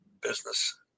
business